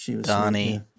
Donnie